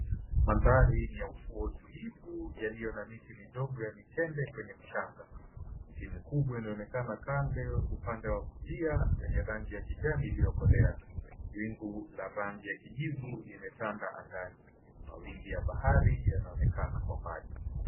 Mandhari ni ya ufuo tulivu yaliyo na miti midogo ya mitende kwenye mchanga. Miti mikubwa inaonekana kando upande wa kulia wenye rangi ya kijani iliyokolea. Wingu la rangi ya kijivu limetanda angani. Mawimbi ya bahari yanaonekana kwa mbali.